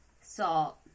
salt